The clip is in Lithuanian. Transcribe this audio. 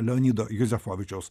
leonido juzefovičiaus